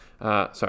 Sorry